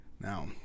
Now